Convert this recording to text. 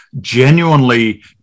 genuinely